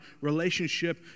relationship